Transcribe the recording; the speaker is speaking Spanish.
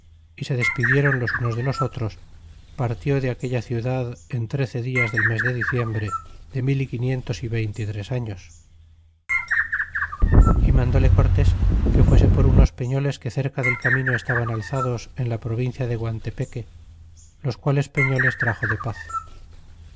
y se despidiéron los unos de los otros partió de aquella ciudad en trece dias del mes de diciembre de mil y quinientos y veinte y tres años y mandóle cortés que fuese por unos perioles que cerca del camino estaban alzados en la provincia de guantepeque los quales peñoles traxo de paz